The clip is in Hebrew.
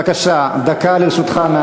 דקה לרשות חבר